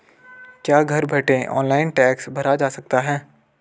क्या घर बैठे ऑनलाइन टैक्स भरा जा सकता है?